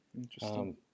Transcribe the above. Interesting